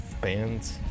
bands